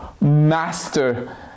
master